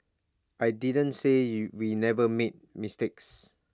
I didn't say you we never make mistakes